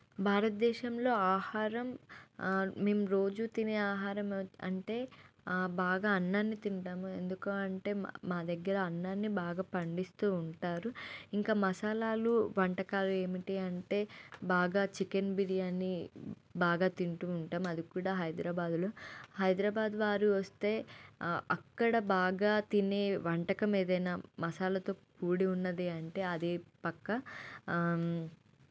భారతదేశంలో ఆహారం మేము రోజు తినే ఆహారం అంటే బాగా అన్నాన్ని తింటాము ఎందుకు అంటే మా దగ్గర అన్నాన్ని బాగా పండిస్తూ ఉంటారు ఇంకా మసాలాలు వంటకాలు ఏమిటి అంటే బాగా చికెన్ బిర్యానీ బాగా తింటు ఉంటాము అది కూడా హైదరాబాదులో హైదరాబాద్ వారు వస్తే అక్కడ బాగా తినే వంటకం ఏదైనా మసాలాతో కూడి ఉన్నది అంటే అది పక్క